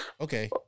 Okay